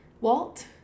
Walt